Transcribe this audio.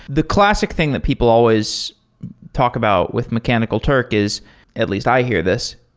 the classic thing that people always talk about with mechanical turk is at least i hear this,